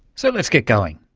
so let's get going.